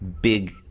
big